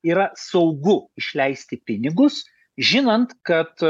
yra saugu išleisti pinigus žinant kad